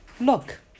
Look